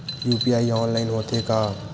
UPI online होथे का?